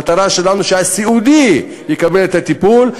המטרה שלנו היא שהסיעודי יקבל את הטיפול,